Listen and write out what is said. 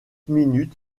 minute